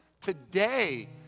Today